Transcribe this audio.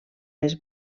les